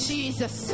Jesus